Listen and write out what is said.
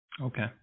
Okay